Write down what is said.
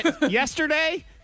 Yesterday